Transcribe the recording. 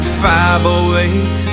508